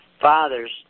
fathers